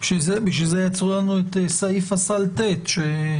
לכן יצרו לנו את סעיף הסל (ט).